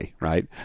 Right